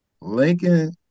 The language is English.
Lincoln